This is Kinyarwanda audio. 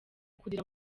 kugira